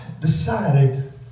decided